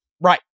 Right